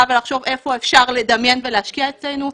ולחשוב איפה אפשר לדמיין ולהשקיע אצלנו.